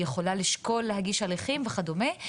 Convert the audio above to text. יכולה לשקול להגיש הליכים וכדומה,